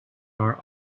are